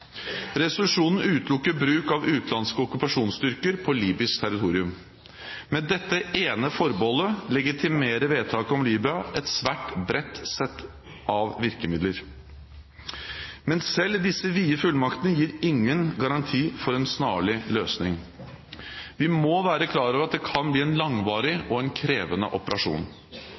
Resolusjonen utelukker bruk av utenlandske okkupasjonstyrker på libysk territorium. Med dette ene forbeholdet legitimerer vedtaket om Libya et svært bredt sett av virkemidler. Men selv disse vide fullmaktene gir ingen garanti for en snarlig løsning. Vi må være klar over at det kan bli en langvarig og krevende operasjon.